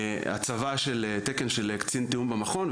הצבה של תקן של קצין תיאום במכון,